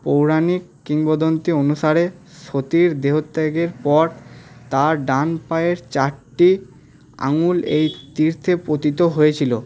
পৌরাণিক কিংবদন্তি অনুসারে সতীর দেহত্যাগের পর তার ডানপায়ের চারটি আঙুল এই তীর্থে পতিত হয়েছিলো